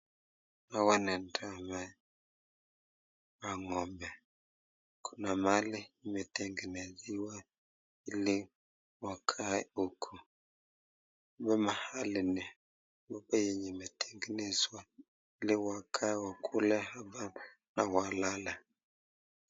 Hawa ni dawa ya ngombe, kuna mahali imetengenezewa ili wakae huku hapa mahali ni yenye imetengenezwa ili wakae wakule na walale hapa.